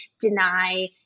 deny